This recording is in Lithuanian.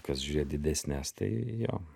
kas žiūrėt didesnes tai jo